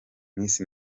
miss